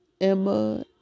Emma